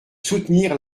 soutenir